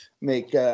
make